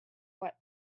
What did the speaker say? what